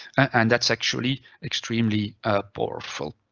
and that's actually extremely ah powerful.